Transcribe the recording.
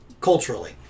culturally